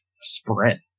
sprint